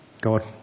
God